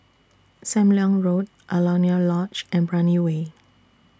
SAM Leong Road Alaunia Lodge and Brani Way